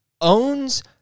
owns